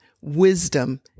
wisdom